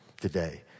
today